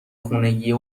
خونگیه